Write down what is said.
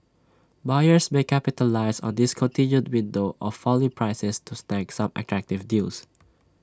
buyers may capitalise on this continued window of falling prices to snag some attractive deals